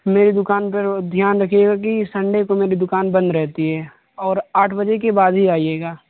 میری دکان پہ دھیان رکھیے گا کہ سنڈے کو میری دکان بند رہتی ہے اور آٹھ بجے کے بعد ہی آئیے گا